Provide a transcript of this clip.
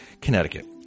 Connecticut